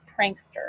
prankster